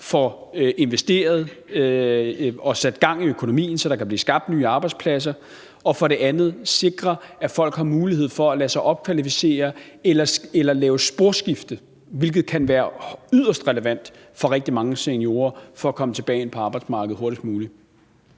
får investeret og sat gang i økonomien, så der kan blive skabt nye arbejdspladser. Den anden er at sikre, at folk har mulighed for at lade sig opkvalificere eller lave et sporskifte, hvilket kan være yderst relevant for rigtig mange seniorer, for hurtigst muligt at komme tilbage på arbejdsmarkedet. Tak. Kl.